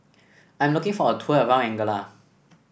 I am looking for a tour around Angola